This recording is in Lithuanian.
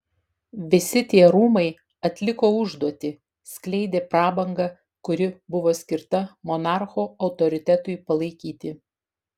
visi tie rūmai atliko užduotį skleidė prabangą kuri buvo skirta monarcho autoritetui palaikyti